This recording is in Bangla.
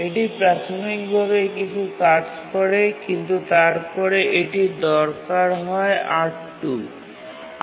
এটি প্রাথমিকভাবে কিছু কাজ করে কিন্তু তারপরে এটির দরকার হয় R2